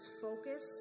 focus